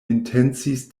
intencis